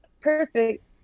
perfect